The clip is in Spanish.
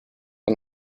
con